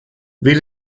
will